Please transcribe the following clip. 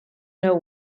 know